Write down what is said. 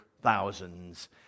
thousands